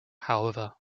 however